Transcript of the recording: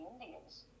Indians